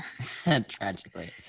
tragically